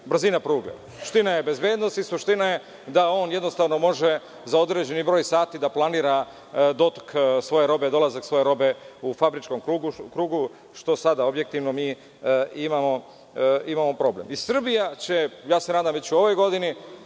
brzina pruge, suština je bezbednost i suština je da on jednostavno može za određeni broj sati da planira dotok svoje robe, dolazak svoje robe u fabričkom krugu što sad objektivno mi imamo problem.I Srbija će, ja se nadam već u ovoj godini